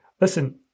Listen